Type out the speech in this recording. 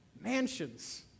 Mansions